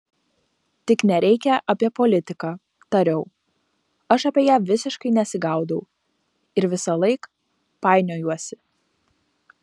tik nereikia apie politiką tariau aš apie ją visiškai nesigaudau ir visąlaik painiojuosi